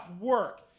work